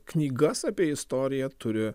knygas apie istoriją turi